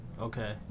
Okay